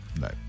No